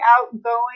outgoing